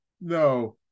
no